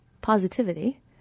positivity